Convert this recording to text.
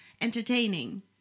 entertaining